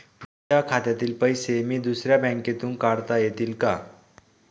माझ्या खात्यातील पैसे मी दुसऱ्या बँकेतून काढता येतील का?